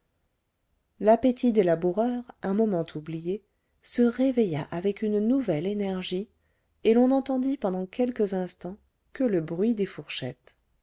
l'appétit des laboureurs un moment oublié se réveilla avec une nouvelle énergie et l'on n'entendit pendant quelques instants que le bruit des fourchettes